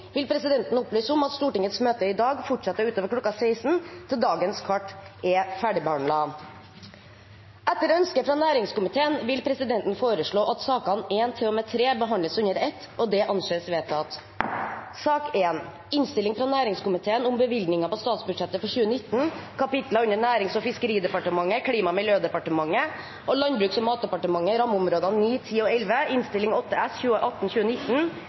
vil presidenten opplyse om at Stortingets møte i dag fortsetter utover kl. 16 til dagens kart er ferdigbehandlet. Etter ønske fra næringskomiteen vil presidenten foreslå at sakene nr. 1–3 behandles under ett. – Det anses vedtatt. Etter ønske fra næringskomiteen vil presidenten foreslå at debatten begrenses til 1 time og 40 minutter, og